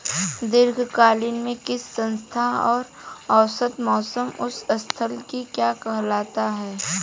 दीर्घकाल में किसी स्थान का औसत मौसम उस स्थान की क्या कहलाता है?